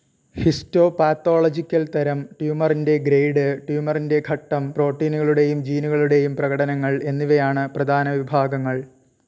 histopathological തരം ട്യൂമറിന്റെ grade ട്യൂമറിന്റെ ഘട്ടം പ്രോട്ടീനുകളുടെയും ജീനുകളുടെയും പ്രകടനങ്ങൾ എന്നിവയാണ് പ്രധാന വിഭാഗങ്ങൾ